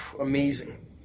amazing